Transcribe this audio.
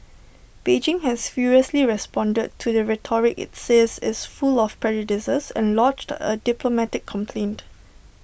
Beijing has furiously responded to the rhetoric IT says is full of prejudices and lodged A diplomatic complaint